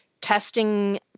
testing